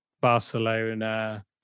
Barcelona